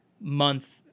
month